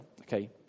okay